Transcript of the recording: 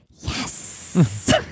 yes